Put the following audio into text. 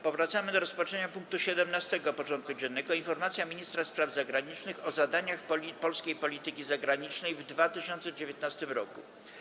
Powracamy do rozpatrzenia punktu 17. porządku dziennego: Informacja ministra spraw zagranicznych o zadaniach polskiej polityki zagranicznej w 2019 roku.